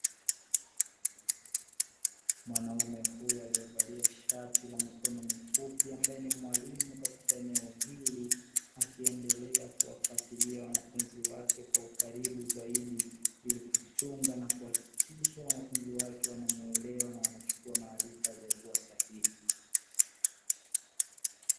Mwanaume huyo aliyevalia shati la mikono mifupi ambaye ni mwalimu katika eneo hili akiendelea kuwafuatilia wanafunzi wake kwa ukaribu zaidi ili kuchunga na kuhakikisha wanafunzi wake wanamuelewa na wanachukua maarifa waliokuwa sahihi.